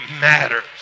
matters